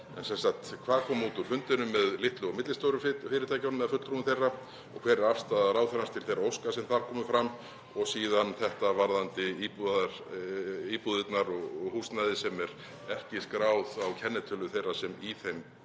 En sem sagt: Hvað kom út úr fundinum með litlu og millistóru fyrirtækjunum eða fulltrúum þeirra og hver er afstaða ráðherrans til þeirra óska sem þar komu fram? Síðan þetta varðandi íbúðirnar og húsnæði sem var ekki skráð á kennitölur þeirra sem í þeim